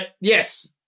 yes